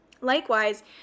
Likewise